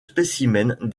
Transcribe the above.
spécimens